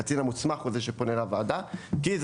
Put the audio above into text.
הקצין המוסמך הוא זה שפונה לוועדה כי זו